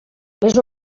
les